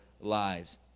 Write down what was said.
lives